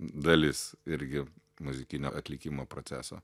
dalis irgi muzikinio atlikimo proceso